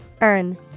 Earn